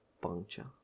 puncture